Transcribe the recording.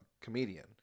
comedian